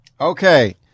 Okay